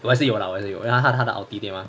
我也是有 lah 我也是有 lah 因为他他的 ulti 对 mah